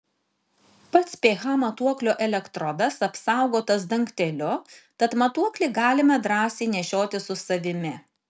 pats ph matuoklio elektrodas apsaugotas dangteliu tad matuoklį galime drąsiai nešiotis su savimi